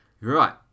Right